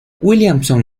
williamson